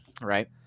Right